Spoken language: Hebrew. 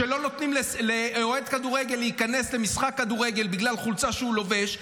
כשלא נותנים לאוהד כדורגל להיכנס למשחק כדורגל בגלל חולצה שהוא לובש,